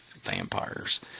vampires